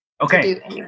Okay